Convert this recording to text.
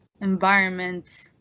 Environment